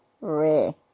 rare